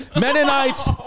Mennonites